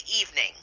evening